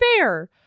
fair